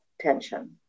tension